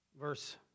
verse